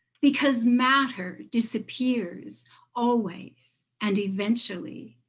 because matter disappears always and eventually.